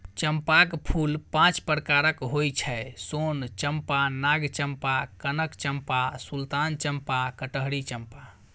चंपाक फूल पांच प्रकारक होइ छै सोन चंपा, नाग चंपा, कनक चंपा, सुल्तान चंपा, कटहरी चंपा